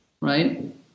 Right